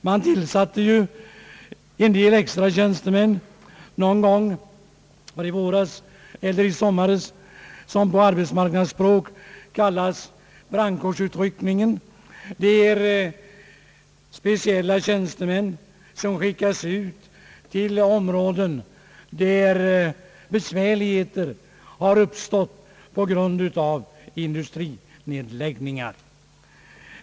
Man tillsatte en del extra tjänstemän någon gång i somras — en grupp som på arbetsmarknadsspråk kallas för »brandkårsutryckningen». Det är speciella tjänstemän som skickas ut till områden där besvärligheter har uppstått på grund av industrinedläggningar.